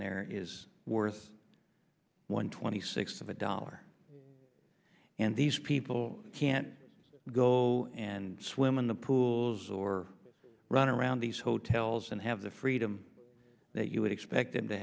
there is worth one twenty sixth of a dollar and these people can't go and swim in the pools or run around these hotels and have the freedom that you would expect them to